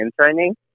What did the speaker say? interning